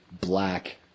black